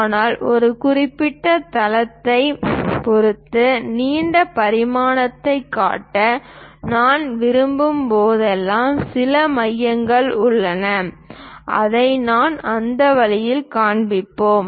ஆனால் ஒரு குறிப்பிட்ட தளத்தைப் பொறுத்து நிலை பரிமாணத்தைக் காட்ட நான் விரும்பும் போதெல்லாம் சில மையங்கள் உள்ளன அதை நாம் அந்த வழியில் காண்பிப்போம்